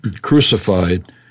crucified